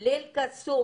לאל-קסום